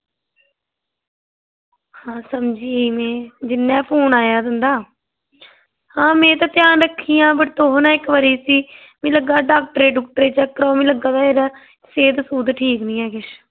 आं समझी गेई में जेल्लै फोन आया तुंदा आं में ते ध्यान रक्खनी आं पर तुस ना इक्क बारी इसी मिगी लग्गा दा डॉक्टरै गी चैक कराओ आं मिगी लग्गा दा की सेह्त ठीक निं ऐ किश